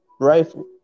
rifle